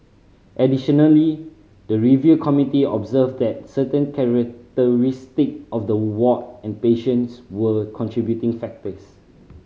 additionally the review committee observed that certain characteristic of the ward and patients were contributing factors